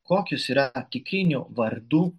kokios yra antikinių vardų